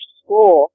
school